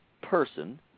person